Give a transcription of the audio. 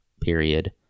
period